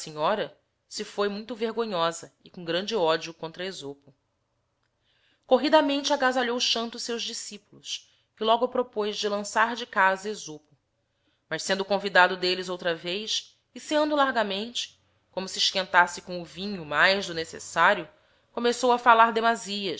senliora se foi muito vergonliosa e com grande ódio contra esopo corridamente agasalhou xanto seus discípulos e logo propoz de lançar de casa esopo mas sendo convidado delles outra vez e ceando largamente como se esquentasse com o vinho mais do necessário começou a fallar demasias